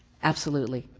absolutely.